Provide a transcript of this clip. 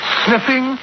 sniffing